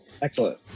Excellent